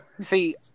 See